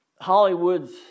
Hollywood's